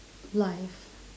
life